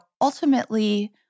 ultimately